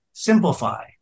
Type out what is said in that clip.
simplify